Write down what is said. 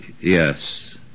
Yes